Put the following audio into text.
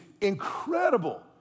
incredible